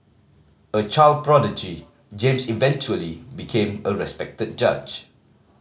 a child prodigy James eventually became a respected judge